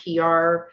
PR